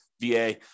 VA